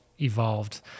evolved